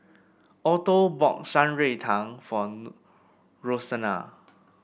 Alto bought Shan Rui Tang for Roseanna